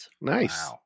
Nice